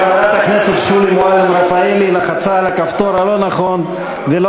חברת הכנסת שולי מועלם-רפאלי לחצה על הכפתור הלא-נכון ולא